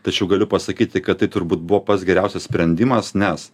tačiau galiu pasakyti kad tai turbūt buvo pats geriausias sprendimas nes